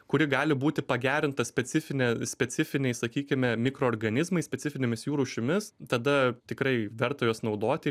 kuri gali būti pagerinta specifine specifiniai sakykime mikroorganizmai specifinėmis jų rūšimis tada tikrai verta juos naudoti